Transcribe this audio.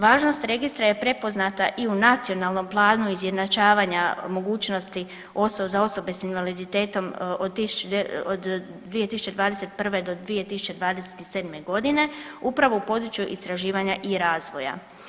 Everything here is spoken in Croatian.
Važnost Registra je prepoznata i u Nacionalnom planu izjednačavanja mogućnosti za osobe s invaliditetom od 2021.-2027. g. upravo u području istraživanja i razvoja.